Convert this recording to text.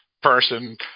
person